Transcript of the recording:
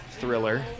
thriller